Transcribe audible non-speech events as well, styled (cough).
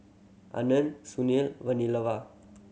Anand Sunil (unintelligible)